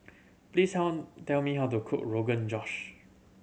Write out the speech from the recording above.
please tell tell me how to cook Rogan Josh